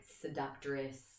seductress